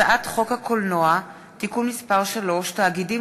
הצעת חוק הקולנוע (תיקון מס' 3) (תאגידים